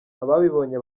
ababibonye